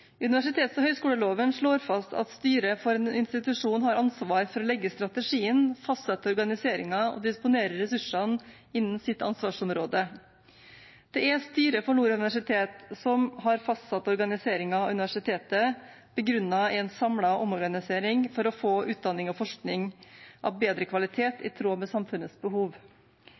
Universitets- og høyskoleloven slår fast at styret for en institusjon har ansvar for å legge strategien, fastsette organiseringen og disponere ressursene innen sitt ansvarsområde. Det er styret for Nord universitet som har fastsatt organiseringen av universitetet, begrunnet i en samlet omorganisering for å få utdanning og forskning av bedre kvalitet, i tråd med samfunnets behov.